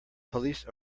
police